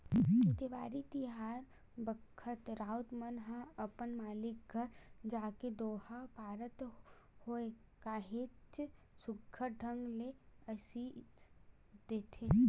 देवारी तिहार बखत राउत मन ह अपन मालिक घर जाके दोहा पारत होय काहेच सुग्घर ढंग ले असीस देथे